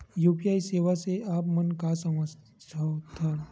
UPI सेवा से आप मन का समझ थान?